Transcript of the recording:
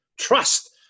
trust